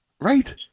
Right